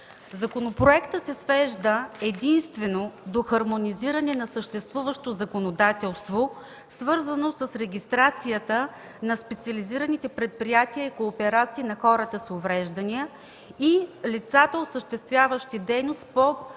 Законопроектът се свежда единствено до хармонизиране на съществуващото законодателство, свързано с регистрацията на специализираните предприятия и кооперации на хората с увреждания, и на лицата, осъществяващи дейност по